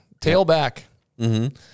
tailback